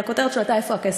שהכותרת שלו הייתה: איפה הכסף?